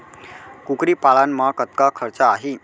कुकरी पालन म कतका खरचा आही?